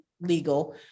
legal